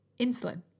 insulin